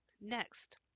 next